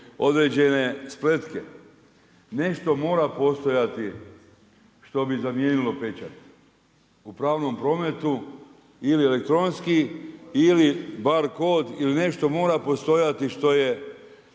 određene spletke. Nešto mora postojati što bi zamijenilo pečat u pravnom prometu ili elektronski ili bar kod ili nešto mora postojati što je